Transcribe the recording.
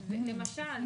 למשל,